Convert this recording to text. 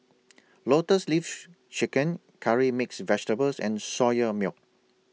Lotus Leaf Chicken Curry Mixed Vegetables and Soya Milk